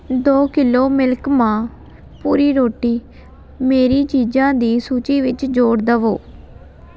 ਦੋ ਕਿੱਲੋ ਮਿਲਕ ਮਾ ਭੂਰੀ ਰੋਟੀ ਮੇਰੀ ਚੀਜ਼ਾਂ ਦੀ ਸੂਚੀ ਵਿੱਚ ਜੋੜ ਦਵੋ